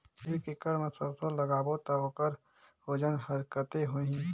एक एकड़ मा सरसो ला लगाबो ता ओकर वजन हर कते होही?